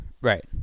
Right